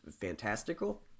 fantastical